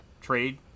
trade